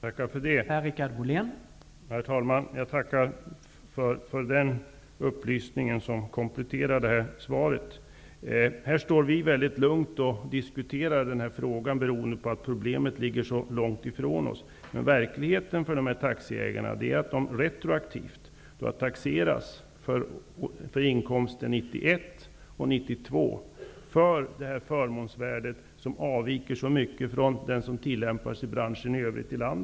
Herr talman! Jag tackar för den upplysningen. Den kompletterar tidigare svar. Vi står här och diskuterar den här frågan väldigt lugnt, eftersom problemet ligger så långt ifrån oss. Verkligheten för dessa taxiägare är att de har taxerats retroaktivt för inkomster under 1991 och 1992 med det här förmånsvärdet, som avviker så mycket från det förmånsvärde som tillämpas i branschen i landet i övrigt.